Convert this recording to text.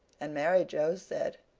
and mary joe said,